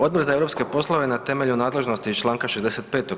Odbor za europske poslove na temelju nadležnosti iz članka 65.